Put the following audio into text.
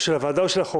של הוועדה או של החוק?